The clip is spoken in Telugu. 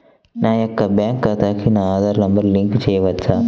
నా యొక్క బ్యాంక్ ఖాతాకి నా ఆధార్ నంబర్ లింక్ చేయవచ్చా?